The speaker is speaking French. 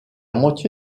moitié